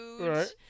Right